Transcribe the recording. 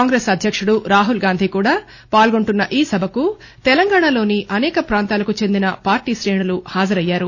కాంగ్రెస్ అధ్యకుడు రాహుల్గాంధీ కూడా పాల్గొంటున్న ఈ సభకు తెలంగాణలోని అసేక ప్రాంతాలకు చెందిన పార్టీ శ్రేణులు హాజరయ్యారు